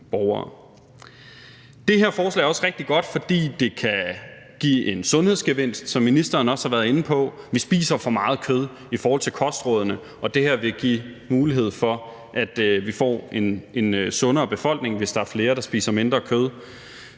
Det her forslag er også rigtig godt, fordi det kan give en sundhedsgevinst. Som ministeren også har været inde på, spiser vi for meget kød i forhold til kostrådene, og det her vil give mulighed for, at vi får en sundere befolkning, hvis der er flere, der spiser mindre kød.